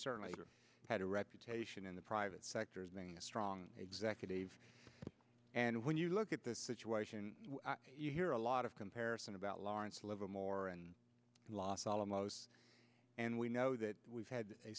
certainly had a reputation in the private sector as being a strong executive and when you look at the situation you hear a lot of comparison about lawrence livermore and los alamos and we know that we've had a